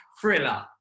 Thriller